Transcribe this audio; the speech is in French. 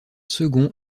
second